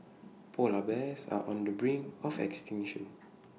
Polar Bears are on the brink of extinction